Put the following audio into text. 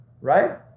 right